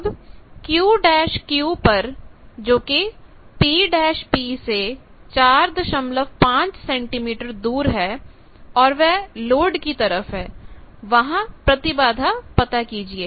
अब Q'Q पर जो कि P'P से 45 सेंटीमीटर दूर है और वह लोड की तरफ है वहां प्रतिबाधा पता कीजिए